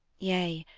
yea,